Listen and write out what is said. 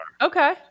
Okay